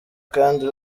kandi